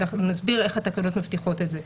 אנחנו נסביר איך התקנות מבטיחות את זה.